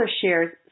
shares